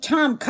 Tom